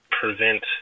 prevent